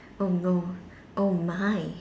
oh no oh my